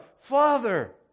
father